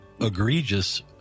egregious